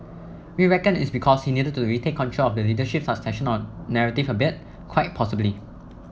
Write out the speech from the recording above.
we reckon it's because he needed to retake control of the leadership succession narrative a bit quite possibly